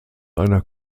einer